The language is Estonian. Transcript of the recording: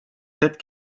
hetk